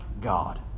God